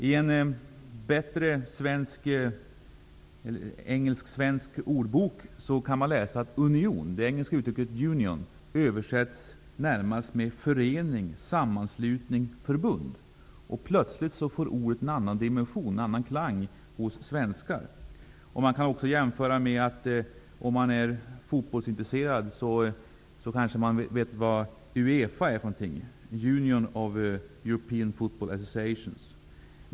I en bättre engelsk-svensk ordbok kan man läsa att det engelska uttrycket union översätts närmast med förening, sammanslutning, förbund. Plötsligt får ordet en annan dimension och klang hos svenskar. Men kan jämföra med den fotbollsintresserade. Han vet vad UEFA är för något, dvs. Union of European Football Associations.